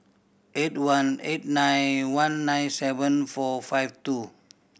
eight one eight nine one nine seven four five two